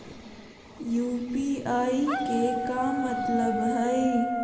UPI के का मतलब हई?